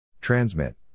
Transmit